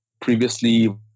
previously